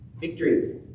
Victory